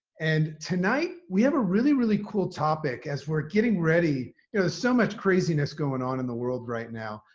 and tonight we have a really, really cool topic as we're getting ready. you know so much craziness going on in the world right now,